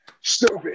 Stupid